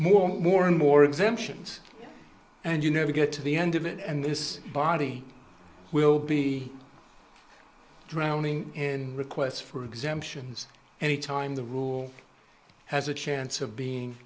more and more and more exemptions and you know we get to the end of it and this body will be drowning in requests for exemptions any time the rule has a chance of being